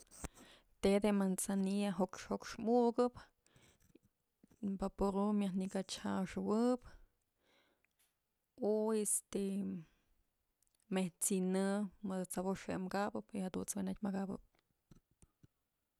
Te de manzanilla jox jox mukëp y baporu myaj nëkach jaxëwëb o este mëj t'sinë mëdë t'sëbox je'e kabëb jadunt's wenatyë ëkabëb.